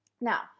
Now